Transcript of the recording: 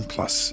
Plus